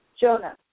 Jonah